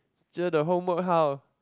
cher the homework how